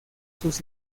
sus